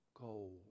gold